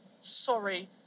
Sorry